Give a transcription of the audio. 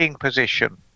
position